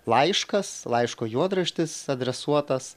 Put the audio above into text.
laiškas laiško juodraštis adresuotas